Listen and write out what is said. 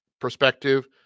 perspective